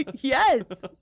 Yes